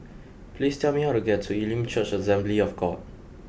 please tell me how to get to Elim Church Assembly of God